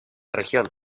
región